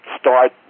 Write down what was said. start